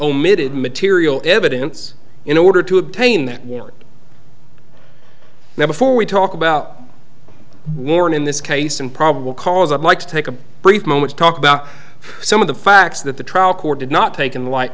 omitted material evidence in order to obtain that warrant now before we talk about warren in this case and probable cause i'd like to take a brief moment to talk about some of the facts that the trial court did not take in light